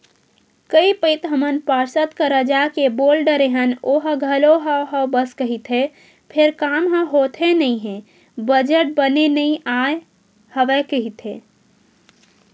कई पइत हमन पार्षद करा जाके बोल डरे हन ओहा घलो हव हव बस कहिथे फेर काम ह होथे नइ हे बजट बने नइ आय हवय कहिथे